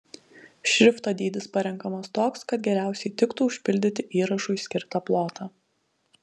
šrifto dydis parenkamas toks kad geriausiai tiktų užpildyti įrašui skirtą plotą